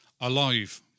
alive